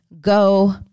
go